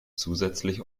zusätzlich